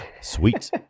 Sweet